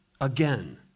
again